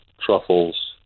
truffles